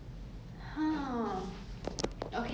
I think not actor lah I want to be singer